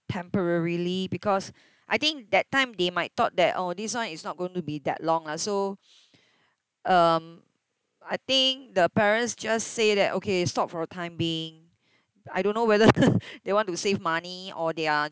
temporarily because I think that time they might thought that oh this one is not going to be that long lah so um I think the parents just say that okay stop for the time being I don't know whether they want to save money or their